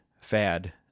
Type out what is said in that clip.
fad